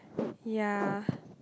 ya